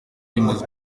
yemezwa